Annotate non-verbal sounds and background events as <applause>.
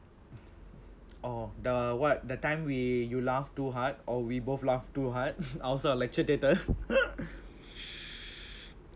orh the what that time we you laugh too hard or we both laughed too hard <laughs> I was in a lecture theatre <laughs>